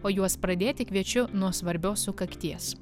o juos pradėti kviečiu nuo svarbios sukakties